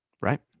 Right